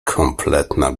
kompletna